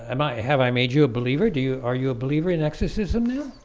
and might have i made you a believer. do you are you a believer in exorcism now?